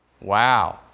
Wow